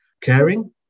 caring